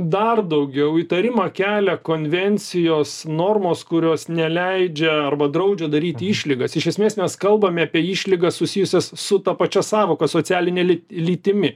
dar daugiau įtarimą kelia konvencijos normos kurios neleidžia arba draudžia daryti išlygas iš esmės mes kalbame apie išlygas susijusias su ta pačia sąvoka socialine lytimi